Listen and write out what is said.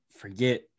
forget